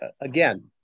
Again